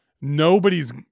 Nobody's